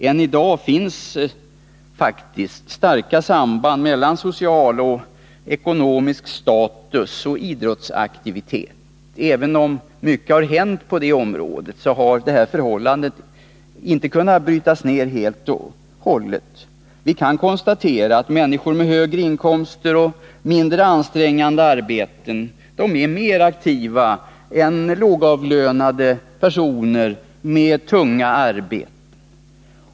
Ännu i dag finns faktiskt starka samband mellan social och ekonomisk status och idrottsaktivitet. Även om mycket har hänt på detta område, så har detta förhållande inte kunnat brytas helt och hållet. Vi kan konstatera att människor med högre inkomster och mindre ansträngande arbeten är mer aktiva än lågavlönade personer med tunga arbeten.